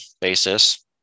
basis